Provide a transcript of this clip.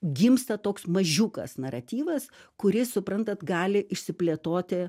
gimsta toks mažiukas naratyvas kuris suprantat gali išsiplėtoti